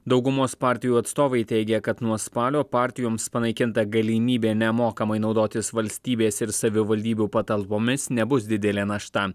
daugumos partijų atstovai teigia kad nuo spalio partijoms panaikinta galimybė nemokamai naudotis valstybės ir savivaldybių patalpomis nebus didelė našta